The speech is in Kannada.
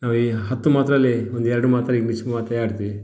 ನಾವು ಈ ಹತ್ತು ಮಾತುಗಳಲ್ಲಿ ಒಂದು ಎರಡು ಮಾತು ಇಂಗ್ಲೀಷ್ ಮಾತೇ ಆಡ್ತಿವಿ